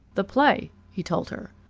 the play, he told her.